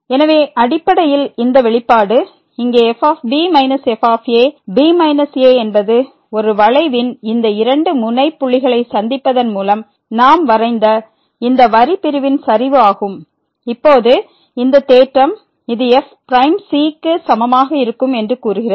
எனவே அடிப்படையில் இந்த வெளிப்பாடு இங்கே f b f a b a என்பது ஒரு வளைவின் இந்த இரண்டு முனை புள்ளிகளை சந்திப்பதன் மூலம் நாம் வரைந்த இந்த வரி பிரிவின் சரிவு ஆகும் இப்போது இந்த தேற்றம் இது f பிரைம் c க்கு சமமாக இருக்கும் என்று கூறுகிறது